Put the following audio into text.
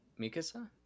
mikasa